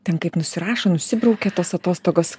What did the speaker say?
ten kaip nusirašo nusibraukia tos atostogos